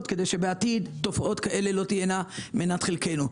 כדי שבעתיד תופעות כאלה לא תהיינה מנת חלקנו.